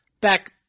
back